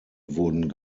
wurden